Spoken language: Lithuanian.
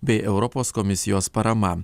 bei europos komisijos parama